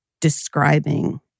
describing